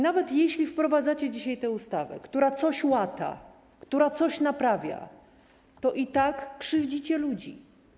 Nawet jeśli wprowadzacie dzisiaj ustawę, która coś łata, która coś naprawia, to i tak krzywdzicie ludzi.